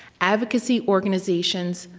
advocacy organizations,